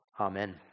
Amen